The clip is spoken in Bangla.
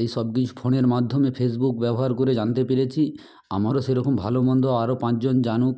এই সবকিছু ফোনের মাধ্যমে ফেসবুক ব্যবহার করে জানতে পেরেছি আমারও সেরকম ভালোমন্দ আরও পাঁচজন জানুক